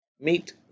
Meet